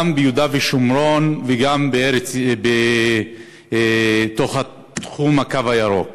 גם ביהודה ושומרון וגם בתוך תחום הקו הירוק.